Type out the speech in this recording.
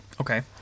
Okay